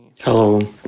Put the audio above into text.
Hello